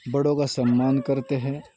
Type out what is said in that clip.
بڑوں کا سمان کرتے ہے